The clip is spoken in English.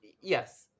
yes